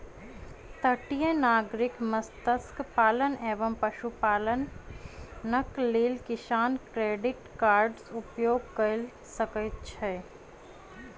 तटीय नागरिक मत्स्य पालन एवं पशुपालनक लेल किसान क्रेडिट कार्डक उपयोग कय सकै छै